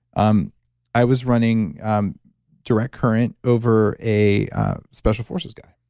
um i was running um direct current over a special forces guy